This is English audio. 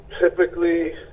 typically